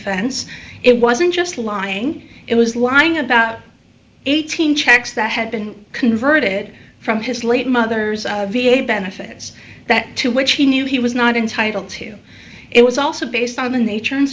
offense it wasn't just lying it was lying about eighteen checks that had been converted from his late mother's v a benefits that to which he knew he was not entitled to it was also based on the nature and